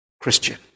Christian